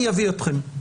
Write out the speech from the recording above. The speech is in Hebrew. אני אביא אתכם,